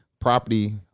property